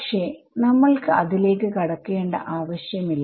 പക്ഷെ നമ്മൾക്ക് അതിലേക്ക് കടക്കേണ്ട ആവശ്യം ഇല്ല